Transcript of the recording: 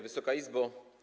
Wysoka Izbo!